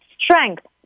Strength